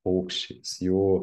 paukščiais jų